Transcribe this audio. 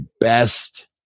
best